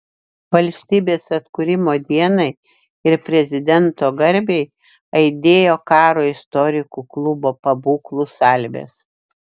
valstybės atkūrimo dienai ir prezidento garbei aidėjo karo istorikų klubo pabūklų salvės